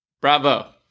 bravo